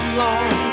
long